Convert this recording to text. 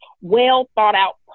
well-thought-out